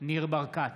ניר ברקת,